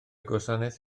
gwasanaeth